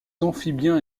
amphibiens